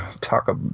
talk